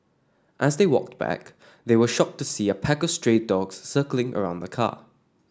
as they walked back they were shocked to see a pack of stray dogs circling around the car